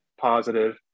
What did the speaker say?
positive